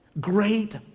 Great